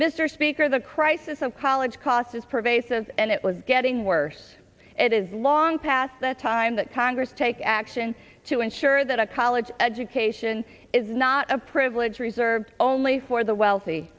mr speaker the crisis of college costs is pervasive and it was getting worse it is long past the time that congress take action to ensure that a college education is not a privilege reserved only for the wealthy